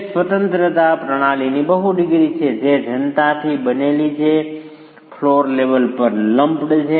તે સ્વતંત્રતા પ્રણાલીની બહુ ડિગ્રી છે જે જનતાથી બનેલી છે જે ફ્લોર લેવલ પર લમ્પ્ડ છે